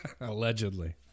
Allegedly